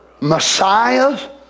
Messiah